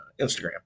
Instagram